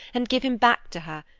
and give him back to her,